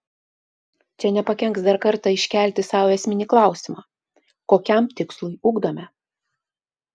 čia nepakenks dar kartą iškelti sau esminį klausimą kokiam tikslui ugdome